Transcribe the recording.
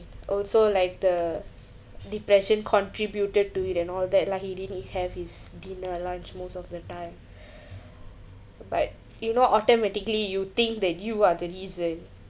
also like the depression contributed to it and all that lah he didn't have his dinner lunch most of the time but you know automatically you think that you are the reason